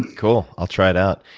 cool. i'll try it out.